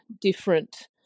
different